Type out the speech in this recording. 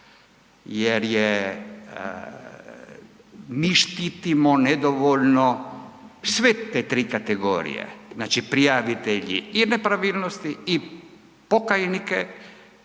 je mi štitimo nedovoljno sve te tri kategorije. Znači prijavitelji i nepravilnosti i pokajnike